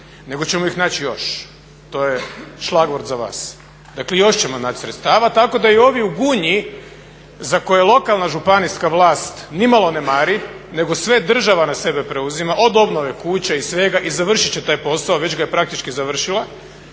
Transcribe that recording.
nego ćemo ih naći još. To je šlagord za vas, dakle još ćemo naći sredstava tako da i ovi u Gunji za koje lokalna županijska vlast nimalo ne mari nego sve država na sebe preuzima od obnove kuća i svega i završiti će taj posao, već ga je praktički završila.